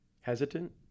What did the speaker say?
Hesitant